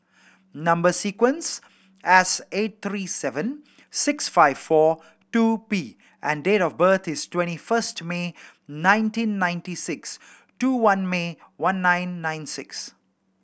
number sequence S eight three seven six five four two P and date of birth is twenty first May nineteen ninety six two one May one nine nine six